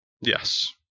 Yes